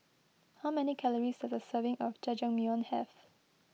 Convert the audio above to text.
how many calories does a serving of Jajangmyeon have